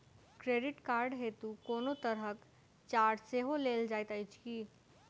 Credit card हेतु कोनो तरहक चार्ज सेहो लेल जाइत अछि की?